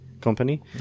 company